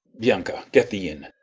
bianca, get thee in.